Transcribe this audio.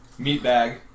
meatbag